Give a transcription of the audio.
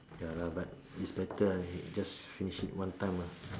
ya lah but is better lah just finish it one time lah